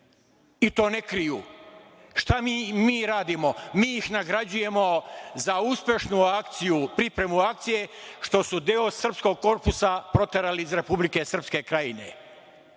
i to ne kriju. Šta mi radimo? Mi ih nagrađujemo za uspešnu akciju, pripremu akcije, što su deo srpskog korpusa proterali iz Republike Srpske Krajine. Kada